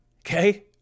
Okay